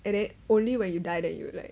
and then only when you die then you'll like